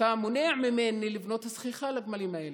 אתה מונע ממני לבנות סככה לגמלים האלה.